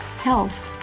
Health